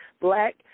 black